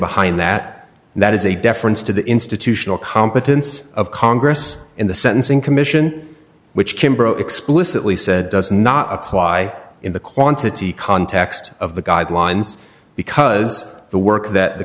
behind that and that is a deference to the institutional competence of congress in the sentencing commission which kimbrough explicitly said does not apply in the quantity context of the guidelines because the work that the